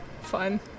Fun